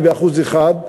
וב-1%.